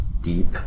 deep